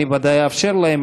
אני ודאי אאפשר להם,